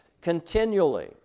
continually